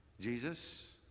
jesus